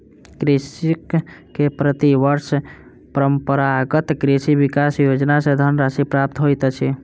कृषक के प्रति वर्ष परंपरागत कृषि विकास योजना सॅ धनराशि प्राप्त होइत अछि